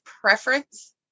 preference